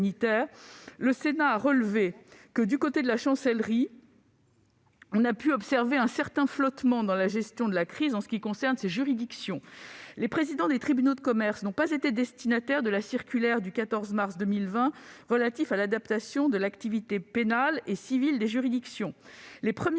le Sénat a relevé :« Du côté de la Chancellerie, l'on a pu observer un certain flottement dans la gestion de la crise en ce qui concerne ces juridictions. Les présidents des tribunaux de commerce n'ont pas été destinataires de la circulaire du 14 mars 2020 relative à l'adaptation de l'activité pénale et civile des juridictions. De premières